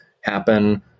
happen